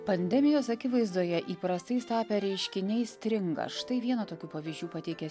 pandemijos akivaizdoje įprastais tapę reiškiniai stringa štai vieną tokių pavyzdžių pateikė